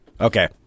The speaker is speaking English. Okay